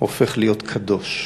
הופך להיות קדוש,